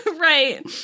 right